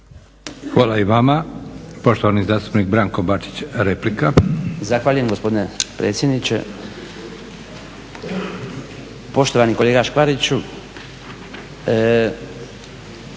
Hvala i vama. Poštovani zastupnik Branko Bačić, replika. **Bačić, Branko (HDZ)** Zahvaljujem gospodine predsjedniče. Poštovani kolega Škvariću